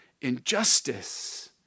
injustice